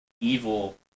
evil